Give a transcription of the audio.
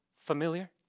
familiar